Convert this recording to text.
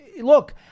look